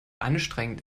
anstrengend